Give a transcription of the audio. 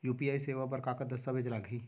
UPI सेवा बर का का दस्तावेज लागही?